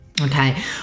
Okay